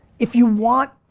if you want